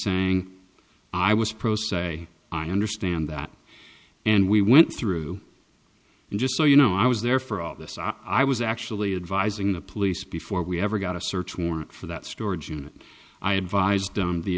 saying i was pro se i understand that and we went through and just so you know i was there for all this i was actually advising the police before we ever got a search warrant for that storage unit i advised the